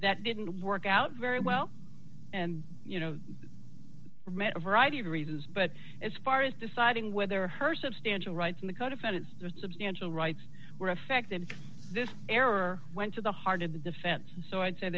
that didn't work out very well and variety of reasons but as far as deciding whether her substantial rights in the codefendant substantial rights were affected this error went to the heart of the defense so i'd say